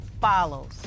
follows